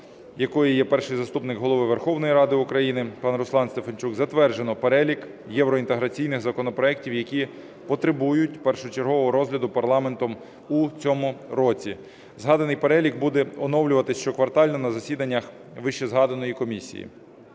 якої є Перший заступник Голови Верховної Ради України пан Руслан Стефанчук, затверджено перелік євроінтеграційних законопроектів, які потребують першочергового розгляду парламентом у цьому році. Загаданий перелік буде оновлюватися щоквартально на засіданнях вищезгаданої комісії.